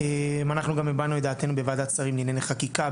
אנחנו גם הבענו את דעתנו בוועדת שרים לענייני חקיקה.